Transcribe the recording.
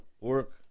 work